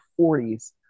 40s